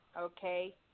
okay